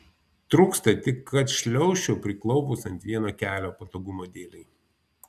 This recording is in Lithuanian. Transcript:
trūksta tik kad šliaužčiau priklaupus ant vieno kelio patogumo dėlei